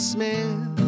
Smith